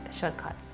shortcuts